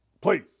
Please